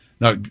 now